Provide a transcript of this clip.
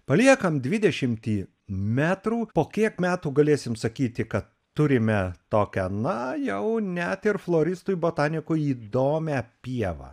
paliekam dvidešimtį metrų po kiek metų galėsim sakyti kad turime tokią na jau net ir floristui botanikui įdomią pievą